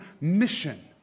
mission